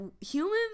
humans